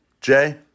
Jay